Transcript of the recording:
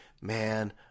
man